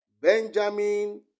Benjamin